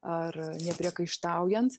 ar nepriekaištaujant